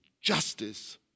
justice